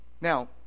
Now